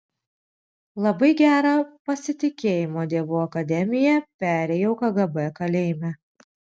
labai gerą pasitikėjimo dievu akademiją perėjau kgb kalėjime